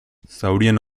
zaurien